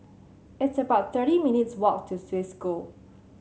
it's about thirty minutes' walk to Swiss School